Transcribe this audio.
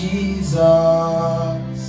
Jesus